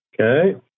Okay